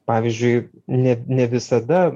pavyzdžiui net ne visada